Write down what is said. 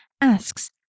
asks